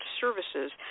services